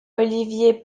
olivier